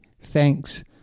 thanks